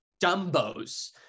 dumbos